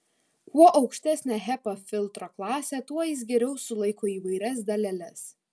kuo aukštesnė hepa filtro klasė tuo jis geriau sulaiko įvairias daleles